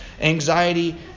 anxiety